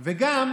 לעוני.